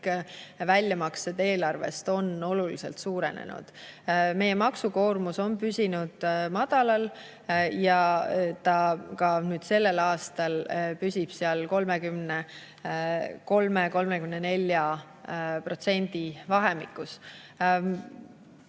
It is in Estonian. väljamaksed eelarvest on oluliselt suurenenud. Meie maksukoormus on püsinud madalal ja ka sellel aastal püsib seal 33–34% vahemikus.